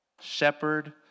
shepherd